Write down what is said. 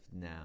now